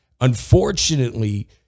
unfortunately